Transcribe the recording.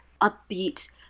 upbeat